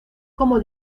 como